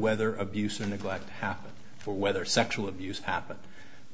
whether abuse or neglect happen or whether sexual abuse happened